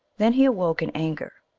then he awoke in anger,